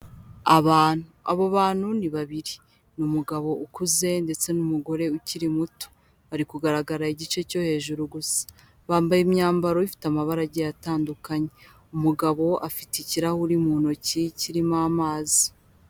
Abantu, abo bantu ni babiri ni umugabo ukuze ndetse n'umugore ukiri muto. Bari kugaragara igice cyo hejuru gusa, bambaye imyambaro ifite amabarage atandukanye. Umugabo afite ikirahuri mu ntoki kirimo amazi.